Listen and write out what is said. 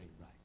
right